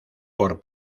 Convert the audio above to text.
por